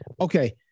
okay